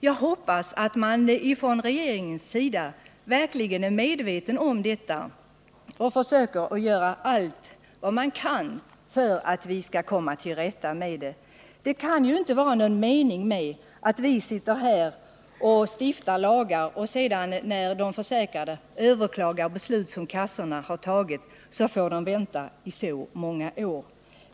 Jag hoppas att regeringen verkligen är medveten om detta och försöker göra allt vad den kan för att klara upp situationen. Det kan inte vara någon mening med att vi sitter här och stiftar lagar och att de försäkrade när de sedan överklagar beslut av kassorna får vänta så många år på ett avgörande.